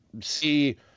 see